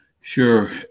Sure